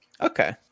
Okay